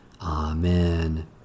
Amen